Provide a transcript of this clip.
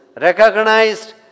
recognized